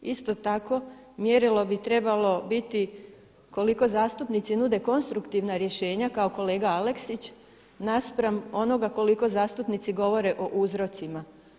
Isto tako mjerilo bi trebalo biti koliko zastupnici nude konstruktivna rješenja kao kolega Aleksić naspram onoga koliko zastupnici govore o uzrocima.